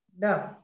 no